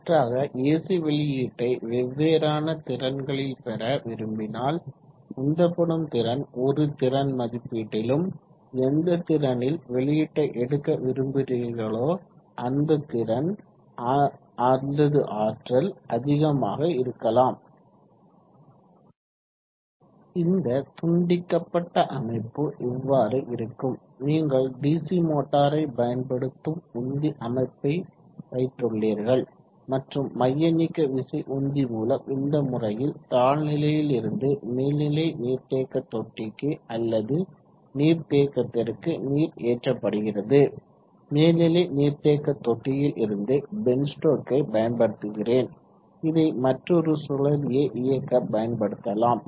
மாற்றாக ஏசி வெளியீட்டை வெவ்வேறான திறன்களில் பெற விரும்பினால் உந்தப்படும் திறன் ஒரு திறன் மதிப்பீட்டிலும் எந்த திறனில் வெளியீட்டை எடுக்க விரும்புகிறீர்களோ அந்த திறன் அல்லது ஆற்றல் அதிகமா இருக்கலாம் இங்கு தூண்டிக்கப்பட் அமைப்பு இவ்வாறு இருக்கும் நீங்கள் டிசி மோட்டாரை பயன்படுத்தும் உந்தி அமைப்பை வைத்துள்ளீர்கள் மற்றும் மைய நீக்க விசை உந்தி மூலம் இந்த முறையில் தாழ் நிலையில் இருந்து மேல்நிலை நீர்தேக்க தொட்டி அல்லது நீர்தேக்கத்திற்கு நீர் ஏற்றப்படுகிறது மேல்நிலை நீர்தேக்க தொட்டியில் இருந்து பென்ஸ்டோக்ககை பயன்படுத்துகிறேன் இதை மற்றோரு சுழலியை இயக்க பயன்படுத்தலாம்